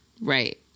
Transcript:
Right